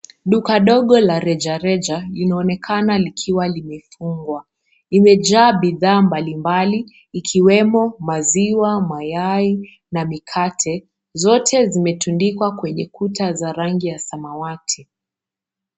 Duka dogo la reja reja linaonekana likiwa limefungwa. Imejaa bidhaa mbalimbali ikiwemo maziwa, mayai na mikate, zote zimetundikwa kwa kuta ya rangi ya samawati.